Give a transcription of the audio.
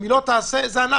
אם היא לא תעשה, זה אנרכיה.